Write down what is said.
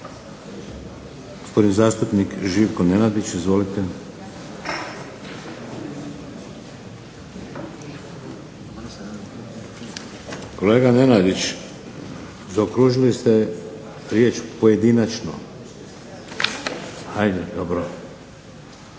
Kolega Nenadić zaokružili ste riječ pojedinačno. Ajde dobro.